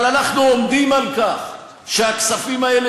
אבל אנחנו עומדים על כך שהכספים האלה